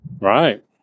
Right